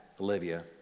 Olivia